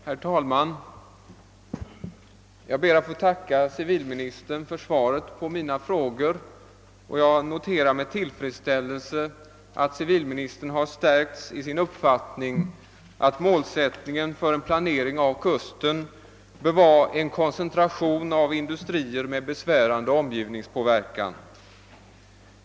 Herr talman! Jag ber att få tacka civilministern för svaret på mina frågor och noterar med tillfredsställelse att civilministern stärkts i sin uppfattning att målsättningen för en planering av kusten bör vara en koncentration av industrier med besvärande omgivningspåverkan.